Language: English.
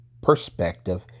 perspective